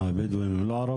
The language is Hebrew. הבדואים הם לא ערבים.